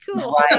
cool